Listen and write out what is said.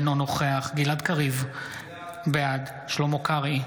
אינו נוכח גלעד קריב, בעד שלמה קרעי,